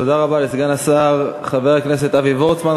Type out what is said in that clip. תודה רבה לסגן השר חבר הכנסת אבי וורצמן.